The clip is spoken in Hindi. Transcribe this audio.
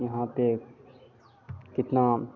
यहाँ पर कितना